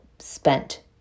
spent